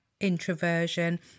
introversion